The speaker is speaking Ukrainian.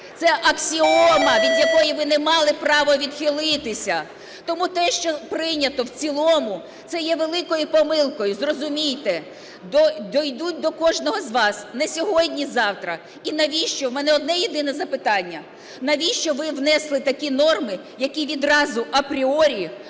Це аксіома, від якої ви не мали право відхилитися. Тому те, що прийнято в цілому, це є великою помилкою, зрозумійте. Дійдуть до кожного з вас, не сьогодні – завтра. І навіщо, у мене одне єдине запитання, навіщо ви внесли такі норми, які відразу апріорі